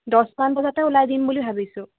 দহ মান বজাতে ওলাই দিম বুলি ভাবিছো